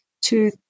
two